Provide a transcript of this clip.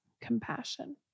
compassion